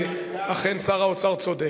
ואכן שר האוצר צודק.